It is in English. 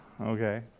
Okay